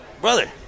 brother